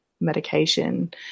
medication